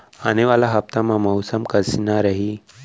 आने वाला हफ्ता मा मौसम कइसना रही?